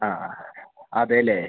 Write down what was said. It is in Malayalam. ആ അതെല്ലേ